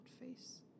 face